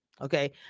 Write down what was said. Okay